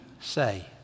say